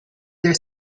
their